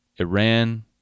Iran